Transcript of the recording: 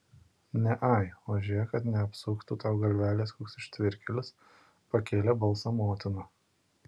ne ai o žiūrėk kad neapsuktų tau galvelės koks ištvirkėlis pakėlė balsą motina